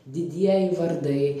didieji vardai